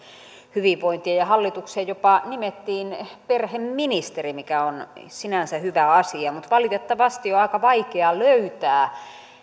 hyvinvointia ja hallitukseen jopa nimettiin perheministeri mikä on sinänsä hyvä asia mutta valitettavasti on aika vaikea löytää